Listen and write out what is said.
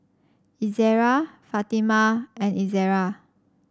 Izzara Fatimah and Izzara